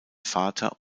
vater